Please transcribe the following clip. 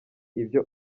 ibyo